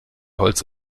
holz